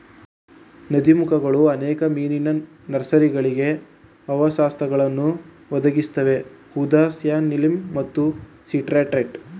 ನದೀಮುಖಗಳು ಅನೇಕ ಮೀನಿನ ನರ್ಸರಿಗಳಿಗೆ ಆವಾಸಸ್ಥಾನಗಳನ್ನು ಒದಗಿಸುತ್ವೆ ಉದಾ ಸ್ಯಾಲ್ಮನ್ ಮತ್ತು ಸೀ ಟ್ರೌಟ್